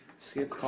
Skip